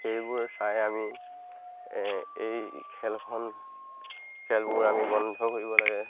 সেইবোৰ চাই আমি এই খেলখন খেলবোৰ আমি বন্ধ কৰিব লাগে